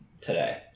today